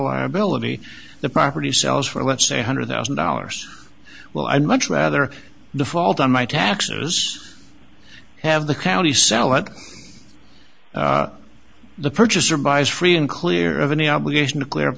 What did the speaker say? liability the property sells for let's say hundred thousand dollars well i'd much rather the fault on my taxes have the county sell it the purchaser buys free and clear of any obligation to clear up